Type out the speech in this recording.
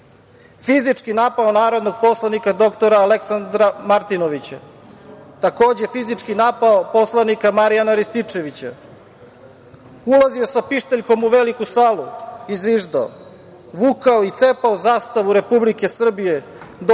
fizički napao narodnog poslanika dr Aleksandra Martinovića, fizički napao poslanika Marijana Rističevića, ulazio sa pištaljkom u veliku salu i zviždao, vukao i cepao zastavu Republike Srbije dok